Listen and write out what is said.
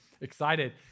Excited